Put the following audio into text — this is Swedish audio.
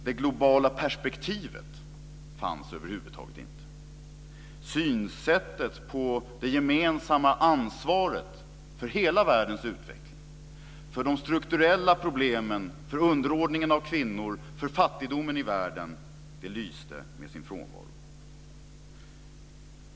Det globala perspektivet fanns över huvud taget inte. Synsättet som innebär det gemensamma ansvaret för hela världens utveckling, för de strukturella problemen, för underordningen av kvinnor, för fattigdomen i världen lyste med sin frånvaro.